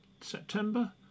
September